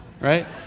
right